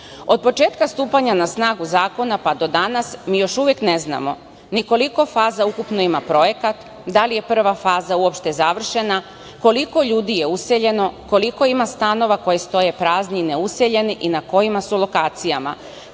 početka stupanja na snagu zakona pa do danas mi još uvek ne znamo ni koliko faza ukupno ima projekat, da li je prva faza uopšte završena, koliko ljudi je useljeno, koliko ima stanova koji stoje prazni i neuseljeni i na kojima su lokacijama,